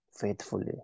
faithfully